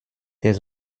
des